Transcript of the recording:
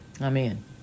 Amen